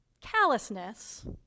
callousness